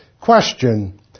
Question